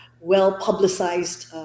well-publicized